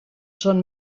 són